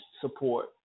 support